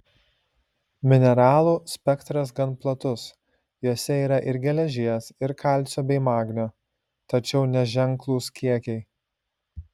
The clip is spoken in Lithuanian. mineralų spektras gan platus jose yra ir geležies ir kalcio bei magnio tačiau neženklūs kiekiai